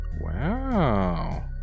Wow